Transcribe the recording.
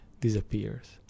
disappears